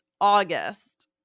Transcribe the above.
august